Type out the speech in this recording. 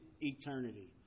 eternity